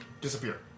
disappear